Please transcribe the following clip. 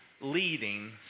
leading